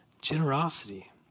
generosity